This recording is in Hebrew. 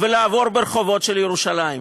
ולעבור ברחובות של ירושלים.